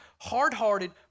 hard-hearted